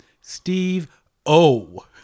Steve-O